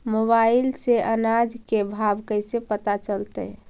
Mobile से अनाज के भाव कैसे पता चलतै?